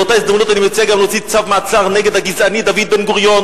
באותה הזדמנות אני מציע גם להוציא צו מעצר נגד הגזעני דוד בן-גוריון,